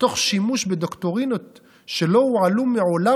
תוך שימוש בדוקטרינות שלא הועלו מעולם